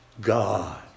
God